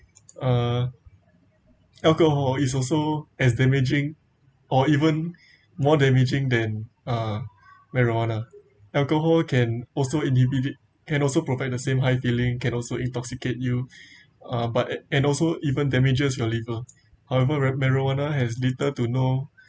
uh alcohol is also as damaging or even more damaging than uh marijuana alcohol can also indivi~ can also provide the same high feeling can also intoxicate you uh but and also even damages your liver however ra~ marijuana has little to no